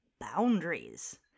boundaries